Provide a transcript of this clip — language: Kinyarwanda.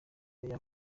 ari